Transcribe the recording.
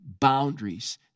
boundaries